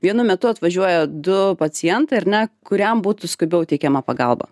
vienu metu atvažiuoja du pacientai ar ne kuriam būtų skubiau teikiama pagalba